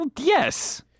Yes